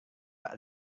pak